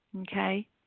Okay